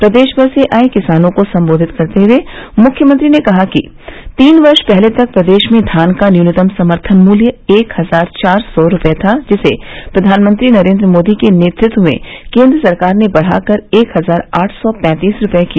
प्रदेशमर से आए किसानों को संबोधित करते हुए मुख्यमंत्री ने कहा कि तीन वर्ष पहले तक प्रदेश में धान का न्यूनतम समर्थन मूल्य एक हजार चार सौ रुपए था जिसे प्रधानमंत्री नरेंद्र मोदी के नेतृत्व में केंद्र सरकार ने बढ़ाकर एक हजार आठ सौ पैंतीस रुपए किया